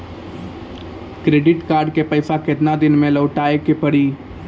Credit card के पैसा केतना दिन मे लौटाए के पड़ी?